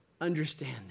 understand